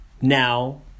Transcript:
now